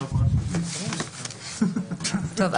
טוב,